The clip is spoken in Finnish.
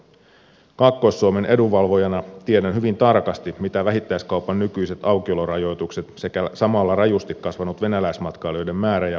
kaakkois suomen edunvalvojana tiedän hyvin tarkasti mitä vähittäiskaupan nykyiset aukiolorajoitukset sekä samalla rajusti kasvanut venäläismatkailijoiden määrä ja ostovoima tarkoittavat